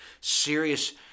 serious